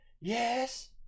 yes